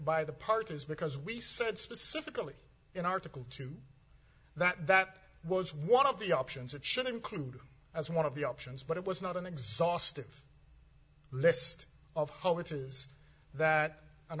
by the parties because we said specifically in article two that that was one of the options that should include as one of the options but it was not an exhaustive list of hope which is that an